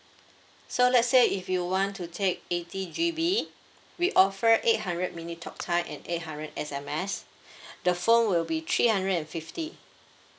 so let's say if you want to take eighty G_B we offer eight hundred minute talk time and eight hundred S_M_S the phone will be three hundred and fifty